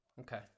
Okay